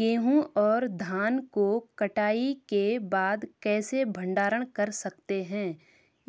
गेहूँ और धान को कटाई के बाद कैसे भंडारण कर सकते हैं